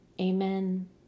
Amen